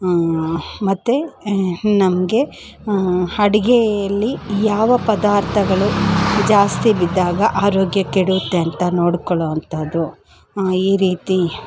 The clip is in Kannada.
ಮತ್ತು ನಮಗೆ ಅಡಿಗೆಯಲ್ಲಿ ಯಾವ ಪದಾರ್ಥಗಳು ಜಾಸ್ತಿ ಬಿದ್ದಾಗ ಆರೋಗ್ಯ ಕೆಡುತ್ತೆ ಅಂತ ನೋಡ್ಕೊಳ್ಳೋ ಅಂಥದ್ದು ಈ ರೀತಿ